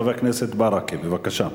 חבר הכנסת ברכה, בבקשה.